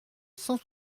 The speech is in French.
cent